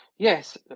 Yes